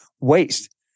waste